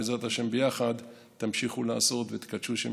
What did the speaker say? בעזרת השם יחד תמשיכו לעשות ותקדשו שם